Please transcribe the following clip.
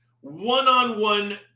one-on-one